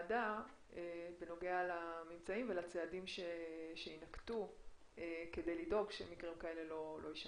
באשר לממצאים ולצעדים שינקטו כדי לדאוג שמקרים כאלה לא ישנו.